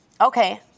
Okay